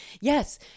Yes